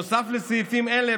נוסף לסעיפים האלה,